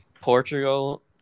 Portugal